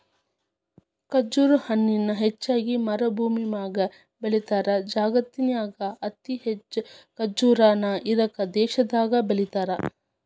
ಖರ್ಜುರ ಹಣ್ಣನ ಹೆಚ್ಚಾಗಿ ಮರಭೂಮ್ಯಾಗ ಬೆಳೇತಾರ, ಜಗತ್ತಿನ್ಯಾಗ ಅತಿ ಹೆಚ್ಚ್ ಖರ್ಜುರ ನ ಇರಾಕ್ ದೇಶದಾಗ ಬೆಳೇತಾರ